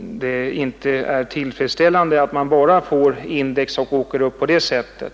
det inte är tillfredsställande att pensionerna bara höjs när index stiger.